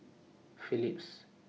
Philips